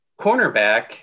cornerback